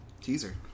Teaser